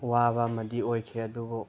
ꯋꯥꯕ ꯑꯃꯗꯤ ꯑꯣꯏꯈꯤ ꯑꯗꯨꯕꯨ